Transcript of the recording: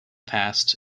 past